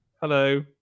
hello